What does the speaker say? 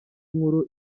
nkuru